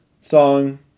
Song